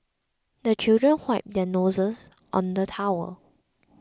the children wipe their noses on the towel